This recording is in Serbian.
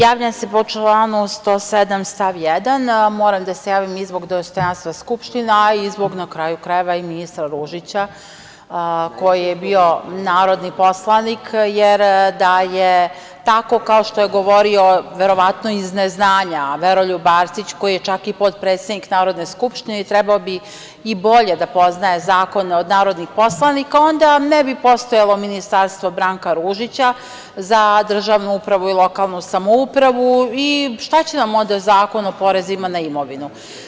Javljam se po članu 107. stav 1. Moram da se javim i zbog dostojanstva Skupštine, a i zbog, na kraju krajeva i ministra Ružića koji je bio narodni poslanik, jer, da je tako kao što je govorio, verovatno iz neznanja Veroljub Arsić, koji je čak i potpredsednik Narodne skupštine i trebao bi i bolje da poznaje zakone od narodnih poslanika, onda ne bi postojalo Ministarstvo za državnu upravu i lokalnu samoupravu, Branka Ružića, i šta će nam onda Zakon o porezima na imovinu.